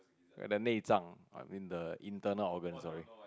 like the 内脏: nie zang I mean the internal organs sorry